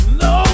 no